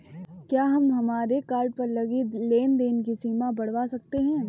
क्या हम हमारे कार्ड पर लगी लेन देन की सीमा बढ़ावा सकते हैं?